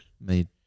Made